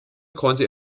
konnte